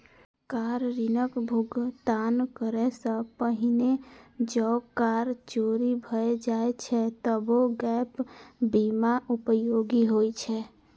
car ऋणक भुगतान करै सं पहिने जौं कार चोरी भए जाए छै, तबो गैप बीमा उपयोगी होइ छै